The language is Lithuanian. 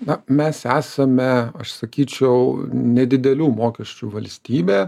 na mes esame aš sakyčiau nedidelių mokesčių valstybė